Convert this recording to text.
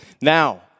Now